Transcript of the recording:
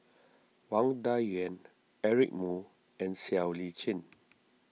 Wang Dayuan Eric Moo and Siow Lee Chin